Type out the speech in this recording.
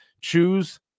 Choose